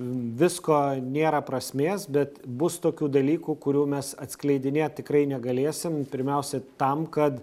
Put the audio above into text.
visko nėra prasmės bet bus tokių dalykų kurių mes atskleidinėt tikrai negalėsim pirmiausia tam kad